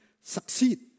succeed